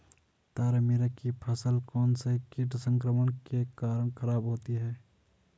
तारामीरा की फसल कौनसे कीट संक्रमण के कारण खराब होती है?